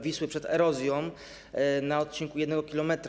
Wisły przed erozją na odcinku 1 km.